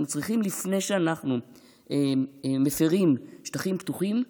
אנחנו צריכים, לפני שאנחנו מפתחים שטחים פתוחים,